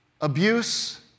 abuse